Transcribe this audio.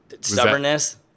Stubbornness